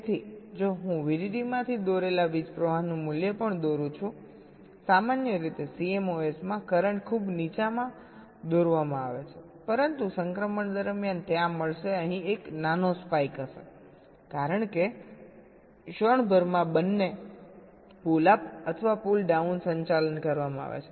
તેથી જો હું VDD માંથી દોરેલા વીજપ્રવાહ નું મૂલ્ય પણ દોરું છું સામાન્ય રીતે CMOS માં કરંટ ખૂબ નીચામાં દોરવામાં આવે છે પરંતુ સંક્રમણ દરમિયાન ત્યાં મળશે અહીં એક નાનો સ્પાઇક હશે કારણ કે ક્ષણભરમાં બંને પુલ અપ અને પુલ ડાઉન સંચાલન કરવામાં આવે છે